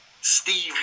Steve